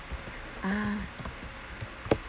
ah